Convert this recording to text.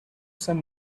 some